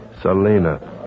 Selena